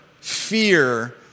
fear